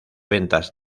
ventas